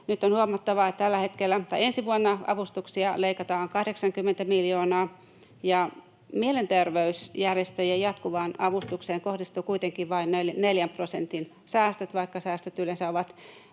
Nyt on huomattava, että ensi vuonna avustuksia leikataan 80 miljoonaa ja mielenterveysjärjestöjen jatkuvaan avustukseen kohdistuu kuitenkin vain neljän prosentin säästöt, vaikka säästöt yleensä ovat